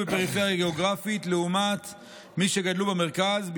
בפריפריה גיאוגרפית למי שגדלו במרכז,